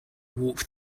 walk